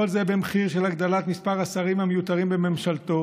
וכל זה במחיר של הגדלת מספר השרים המיותרים בממשלתו,